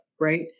right